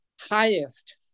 highest